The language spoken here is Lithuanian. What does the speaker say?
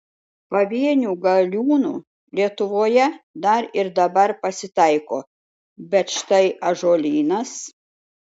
pavienių galiūnų lietuvoje dar ir dabar pasitaiko bet štai ąžuolynas